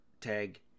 tag